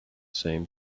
same